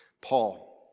Paul